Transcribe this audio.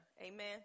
Amen